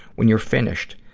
when you're finished,